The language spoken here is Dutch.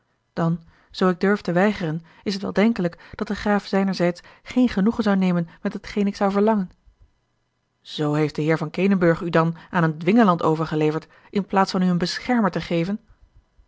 dan zoo ik durfde weigeren is het wel denkelijk dat de graaf zijnerzijds geen genoegen zou nemen met hetgeen ik zou verlangen zoo heeft de heer van kenenburg u dan aan een dwingeland overgeleverd in plaats van u een beschermer te geven